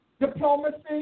Diplomacy